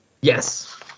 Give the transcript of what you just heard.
Yes